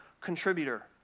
contributor